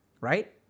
Right